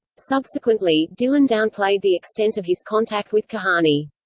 subsequently, dylan downplayed the extent of his contact with kahane.